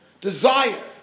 desire